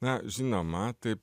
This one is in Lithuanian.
na žinoma tai